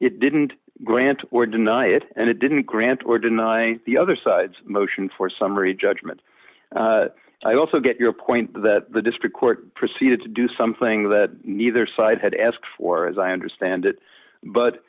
it didn't grant or deny it and it didn't grant or deny the other side's motion for summary judgment i also get your point that the district court proceeded to do something that neither side had asked for as i understand it but